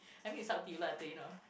I mean it's up to you lah you know